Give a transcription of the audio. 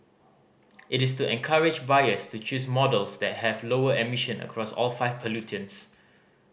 it is to encourage buyers to choose models that have lower emission across all five pollutants